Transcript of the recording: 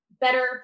better